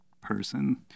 person